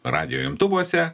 radijo imtuvuose